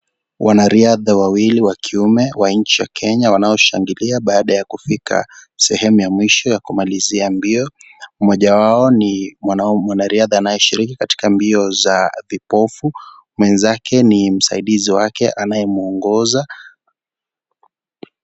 Wanariadha wawili wakiwa wamamme wa nchi ya kenya baada ya kufika sehemu ya mwisho ya kumalizia mbio .Mmoja wao mwanariadha anayeshiriki katika mbio za vipofu mwenzake ni msaidizi wake anayemwongoza.